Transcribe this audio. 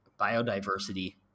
biodiversity